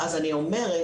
אז אני מוכרחה לומר,